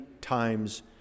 times